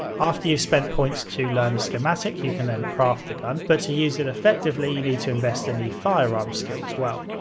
after you've spent points to learn the schematic, you can then craft the gun, but to use it effectively, you need to invest in the firearms skill as well.